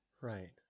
right